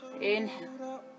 Inhale